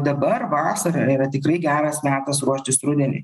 dabar vasara yra tikrai geras metas ruoštis rudeniui